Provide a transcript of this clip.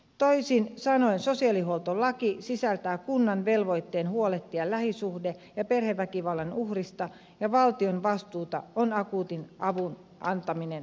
toisin sanoen sosiaalihuoltolaki sisältää kunnan velvoitteen huolehtia lähisuhde ja perheväkivallan uhrista ja valtion vastuuta on akuutin avun antaminen turvakodissa